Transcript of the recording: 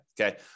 okay